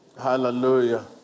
Hallelujah